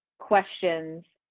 questions,